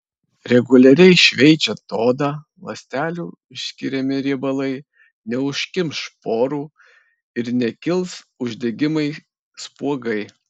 reguliariai šveičiant odą ląstelių išskiriami riebalai neužkimš porų ir nekils uždegimai spuogai